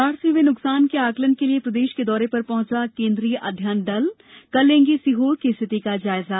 बाढ़ से हुए नुकसान के आकलन के लिये प्रदेश के दौरे पर पहुंचा केन्द्रीय अध्ययन दल कल लेंगे सीहोर की स्थिति का जायजा